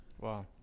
Wow